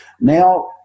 now